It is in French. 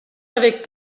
avec